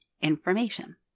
information